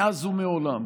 מאז ומעולם,